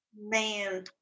Man